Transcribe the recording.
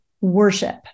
worship